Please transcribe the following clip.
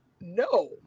no